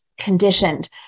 conditioned